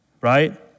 Right